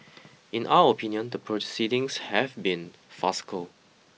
in our opinion the proceedings have been farcical